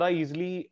easily